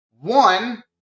One